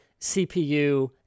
CPU